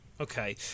Okay